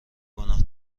گناه